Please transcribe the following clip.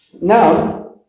Now